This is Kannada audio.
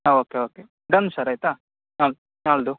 ಹಾಂ ಓಕೆ ಓಕೆ ಡನ್ ಸರ್ ಆಯಿತಾ ಹಾಂ ನಾಳಿದ್ದು